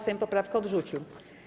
Sejm poprawkę odrzucił.